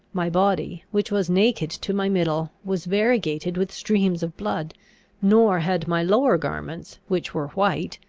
my body, which was naked to my middle, was variegated with streams of blood nor had my lower garments, which were white,